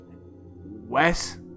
Wes